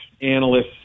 analysts